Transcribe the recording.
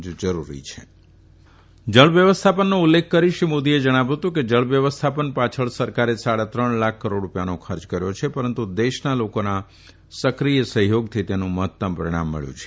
જ જરૂરી છે જળ વ્યવસ્થાપનનો ઉલ્લેખ કરી શ્રી મોદીએ જણાવ્યું હતું કે જળવ્યવસ્થાપન પાછળ સરકારે સાડા ત્રણ લાખ કરોડ રૂપિયાનો ખર્ચ કર્યો છે પરંતુ દેશના લોકોના સક્રિય સહયોગથી તેનું મહત્તમ પરિણામ મબ્યું છે